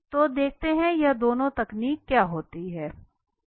तो देखते हैं की यह दोनों तकनीक क्या होती हैं